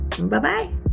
Bye-bye